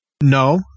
No